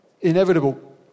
inevitable